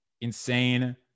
insane